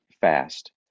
fast